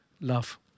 love